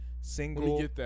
single